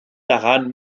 daran